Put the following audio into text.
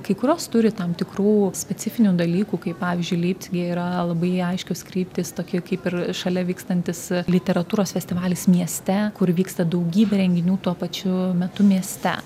kai kurios turi tam tikrų specifinių dalykų kaip pavyzdžiui leipcige yra labai aiškios kryptys tokie kaip ir šalia vykstantis literatūros festivalis mieste kur vyksta daugybė renginių tuo pačiu metu mieste